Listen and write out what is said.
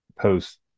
post